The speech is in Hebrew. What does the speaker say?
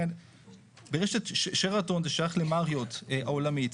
רשת שרתון זה שייך למריוט העולמית.